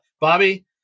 Bobby